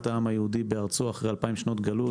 העם היהודי בארצו אחרי 2,000 שנות גלות.